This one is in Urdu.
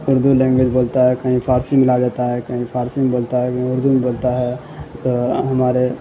اردو لینگویج بولتا ہے کہیں فارسی ملا دیتا ہے کہیں فارسی میں بولتا ہے کہیں اردو میں بولتا ہے تو ہمارے